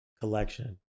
collection